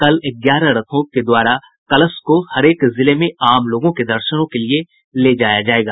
कल ग्यारह रथों के द्वारा कलश को हरेक जिले में आम लोगों के दर्शनों के लिए ले जाया जायेगा